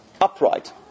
upright